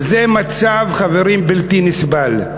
זה מצב, חברים, בלתי נסבל.